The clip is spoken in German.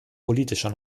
politischer